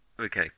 okay